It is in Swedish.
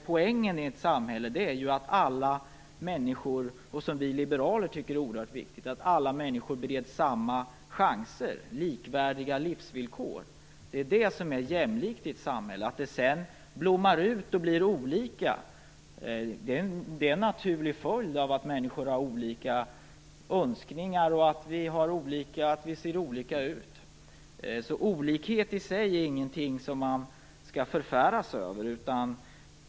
Poängen i ett samhälle är ju - och i alla fall vi liberaler tycker att det är oerhört viktigt - att alla människor får samma chanser och likvärdiga livsvillkor. Det är det som är jämlikt i ett samhälle. Att människor sedan blommar ut och blir olika är en naturlig följd av att människor har olika önskningar och att vi ser olika ut. Olikhet i sig är ingenting som man skall förfäras över.